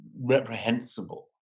reprehensible